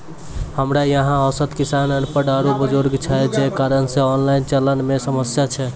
हमरा यहाँ औसत किसान अनपढ़ आरु बुजुर्ग छै जे कारण से ऑनलाइन चलन मे समस्या छै?